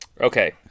Okay